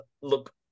look